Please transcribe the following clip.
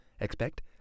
Expect